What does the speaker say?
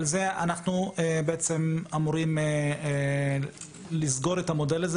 אבל אנחנו אמורים לסגור את המודל הזה